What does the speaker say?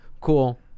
cool